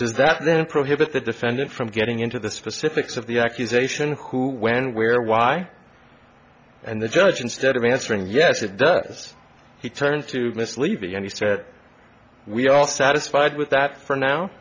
then prohibit the defendant from getting into the specifics of the accusation who when where why and the judge instead of answering yes it does he turned to miss levy and he said we are all satisfied with that for now